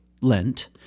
Lent